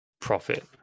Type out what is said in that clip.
profit